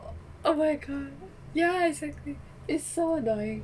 oh my god ya exactly it's so annoying